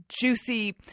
juicy